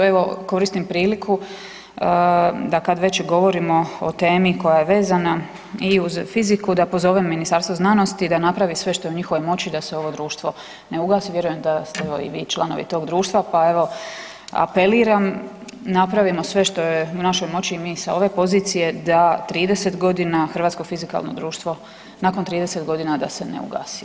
Evo, koristim priliku da kad već govorimo o temi koja je vezana i uz fiziku, da pozovem Ministarstvo znanosti da napravi sve što je u njihovoj moći da se ovo društvo ne ugasi, vjerujem da ste, evo i vi članovi tog društva pa evo, apeliram, napravimo sve što je u našoj moći i mi s ove pozicije da 30 godina Hrvatsko fizikalno društvo, nakon 30 godina da se ne ugasi.